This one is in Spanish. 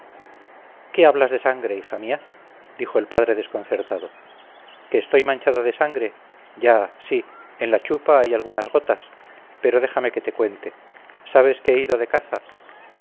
qué hablas de sangre hija mía dijo el padre desconcertado que estoy manchado de sangre ya sí en la chupa hay algunas gotas pero déjame que te cuente sabes que he ido de caza